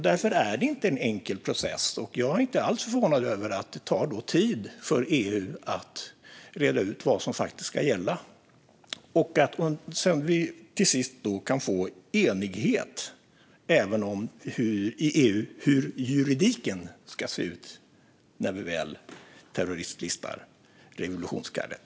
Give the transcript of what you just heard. Därför är det inte en enkel process, och jag är inte alls förvånad över att det tar tid för EU att reda ut vad som faktiskt ska gälla så att vi till sist kan få enighet i EU även om hur juridiken ska se ut när vi väl terroristlistar revolutionsgardet.